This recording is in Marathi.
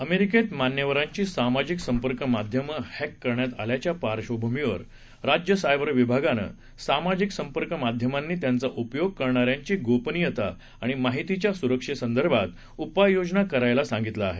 अमेरिकेत मान्यवरांची सामाजिक संपर्क माध्यमं हक्की करण्यात आल्याच्या पार्श्वभूमीवर राज्य सायबर विभागानं सामाजिक संपर्क माध्यमांनी त्यांचा उपयोग करणाऱ्यांची गोपनियता आणि माहितीच्या सुरक्षेसंदर्भात उपाय योजना करायला सांगितलं आहे